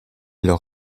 leur